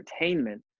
entertainment